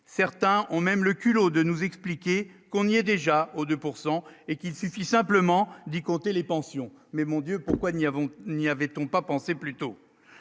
certains ont même le culot de nous expliquer qu'on y est déjà aux 2 pourcent et qu'il suffit simplement d'compter les pensions, mais mon Dieu, pourquoi n'y avons il n'y avait-on pas pensé plus tôt,